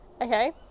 okay